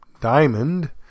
Diamond